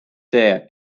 see